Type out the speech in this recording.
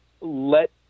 let